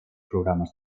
programes